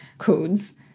codes